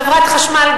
חברת החשמל,